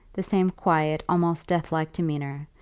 the same quiet, almost deathlike demeanour,